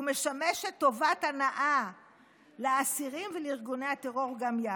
ומשמשת טובת הנאה לאסירים ולארגוני הטרור גם יחד,